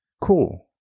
Cool